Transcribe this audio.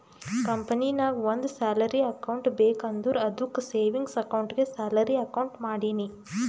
ಕಂಪನಿನಾಗ್ ಒಂದ್ salary account ಬೇಕ್ ಅಂದುರ್ ಅದ್ದುಕ್ ಸೇವಿಂಗ್ಸ್ ಅಕೌಂಟ್ಗೆ ಸ್ಯಾಲರಿ ಅಕೌಂಟ್ ಮಾಡಿನಿ